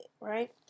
right